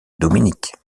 dominique